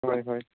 হয় হয়